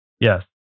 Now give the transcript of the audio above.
yes